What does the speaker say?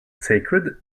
sacred